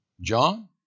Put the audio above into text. John